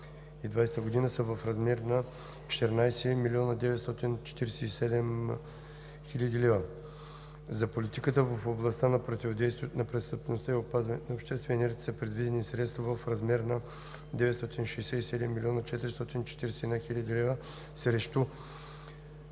за 2020 г. са в размер на 14 млн. 947 хил. лв. За политиката в областта на противодействието на престъпността и опазването на обществения ред са предвидени средства в размер на 967 млн. 441 хил. 200 лв. срещу